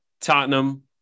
tottenham